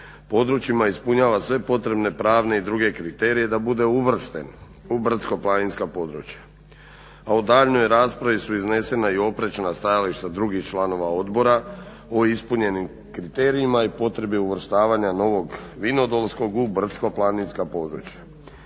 područjima ispunjava sve potrebne pravne i druge kriterije da bude uvršten u brdsko-planinska područja, a u daljnjoj raspravi su iznesena i oprečna stajališta drugih članova odbora o ispunjenim kriterijima i potrebi uvrštavanja Novog Vinodolskog u brdsko-planinska područja.